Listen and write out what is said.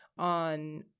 on